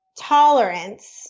tolerance